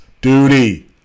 duty